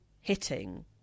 hitting